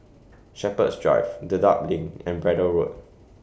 Shepherds Drive Dedap LINK and Braddell Road